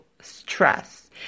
stress